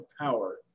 power